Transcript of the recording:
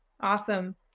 Awesome